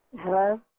Hello